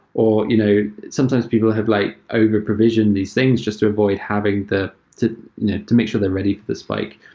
or you know sometimes people have like overprovisioned these things just to avoid having the to to make sure they're ready for the spike.